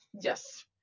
Yes